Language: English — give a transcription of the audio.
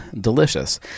delicious